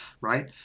Right